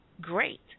great